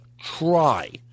try